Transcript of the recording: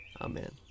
Amen